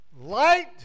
Light